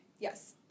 Yes